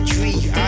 Tree